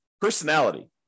personality